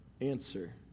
answer